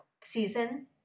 season